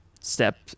Step